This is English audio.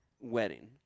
Wedding